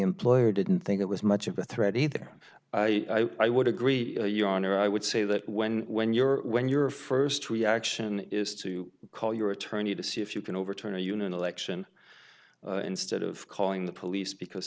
employer didn't think it was much of a threat either i i would agree your honor i would say that when when your when your first reaction is to call your attorney to see if you can overturn a union election instead of calling the police because